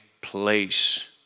place